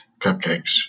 cupcakes